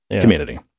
community